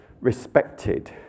respected